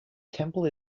temple